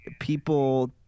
people